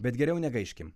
bet geriau negaiškim